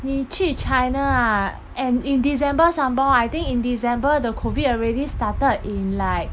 你去 china and in december some more I think in december the COVID already started in like